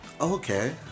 Okay